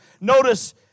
Notice